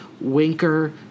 Winker